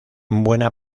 buena